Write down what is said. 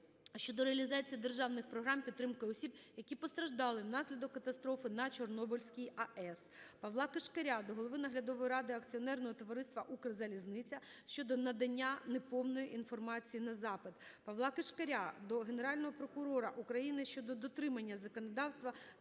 щодо реалізації державних програм підтримки осіб, які постраждали внаслідок катастрофи на Чорнобильській АЕС. Павла Кишкаря до голови Наглядової ради акціонерного товариства "Укрзалізниця" щодо надання неповної інформації на запит. Павла Кишкаря до Генерального прокурора України щодо дотримання законодавства